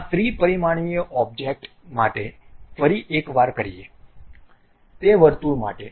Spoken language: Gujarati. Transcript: આ ત્રિ પરિમાણીય ઑબ્જેક્ટ માટે ફરી એક વાર કરીએ તે વર્તુળ માટે